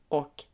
och